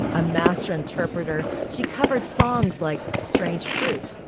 a master interpreter. she covered songs like strange fruit.